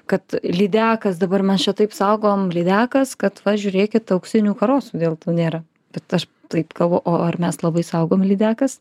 kad lydekas dabar mes čia taip saugom lydekas kad va žiūrėkit auksinių karosų dėl to nėra bet aš taip kalbu o ar mes labai saugom lydekas